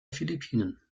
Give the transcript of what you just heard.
philippinen